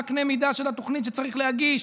מה קנה מידה של התוכנית שצריך להגיש,